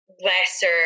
lesser